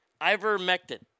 Ivermectin